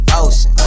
ocean